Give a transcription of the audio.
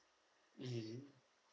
mmhmm